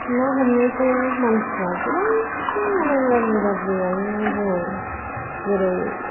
ना हमनायखौ मानसिफोरा गोबाङानो गाज्रि होन्नानै बुङो जेरै